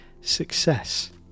success